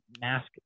mask